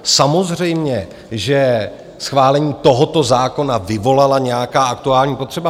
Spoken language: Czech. Samozřejmě, že schválení tohoto zákona vyvolala nějaká aktuální potřeba.